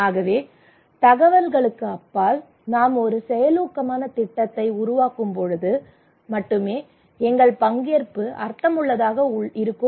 ஆகவே தகவல்களுக்கு அப்பால் நாம் ஒரு செயலூக்கமான திட்டத்தை உருவாக்கும்போது மட்டுமே எங்கள் பங்கேற்பு அர்த்தமுள்ளதாக இருக்கும்